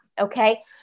okay